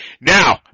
Now